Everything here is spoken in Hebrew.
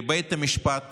לבית משפט